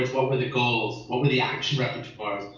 what were the goals, what were the action repertoires,